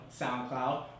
SoundCloud